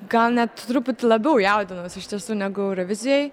gal net truputį labiau jaudinaus iš tiesų negu eurovizijoj